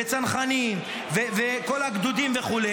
וצנחנים וכל הגדודים וכו',